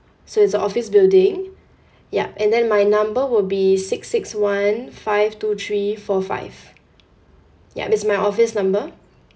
so it's a office building yup and then my number will be six six one five two three four five ya it's my office number